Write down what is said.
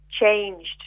changed